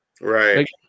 Right